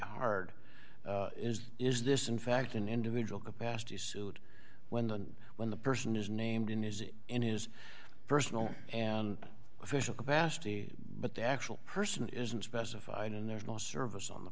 hard is is this in fact an individual capacity suit when and when the person is named in is it in his personal an official capacity but the actual person isn't specified and there's no service